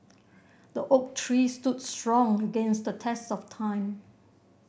the oak tree stood strong against the test of time